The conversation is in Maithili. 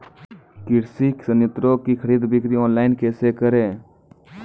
कृषि संयंत्रों की खरीद बिक्री ऑनलाइन कैसे करे?